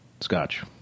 scotch